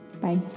bye